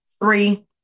three